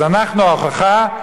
אז אנחנו ההוכחה,